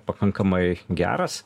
pakankamai geras